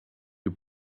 you